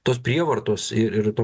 tos prievartos ir ir to